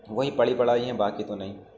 وہی پڑھی پڑھائی ہیں باقی تو نہیں